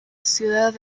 ciudad